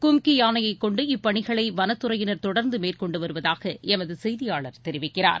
கும்க்கியானையைக் கொண்டு இப்பணிகளைவனத்துறையினர் தொடர்ந்துமேற்கொண்டுவருவதாகஎமதுசெய்தியாளர் தெரிவிக்கிறார்